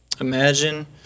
Imagine